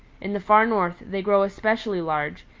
in the far north they grow especially large,